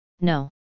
no